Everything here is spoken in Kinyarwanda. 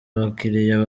abakiriya